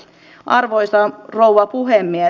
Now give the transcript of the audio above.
arvoisa rouva puhemies